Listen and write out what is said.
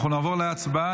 אנחנו נעבור להצבעה.